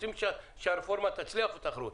רוצים שהרפורמה תצליח ותהיה תחרות.